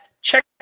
Check